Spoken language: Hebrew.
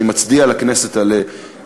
שאני מצדיע לכנסת על קיומו,